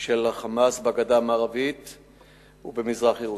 של ה"חמאס" בגדה המערבית ובמזרח-ירושלים.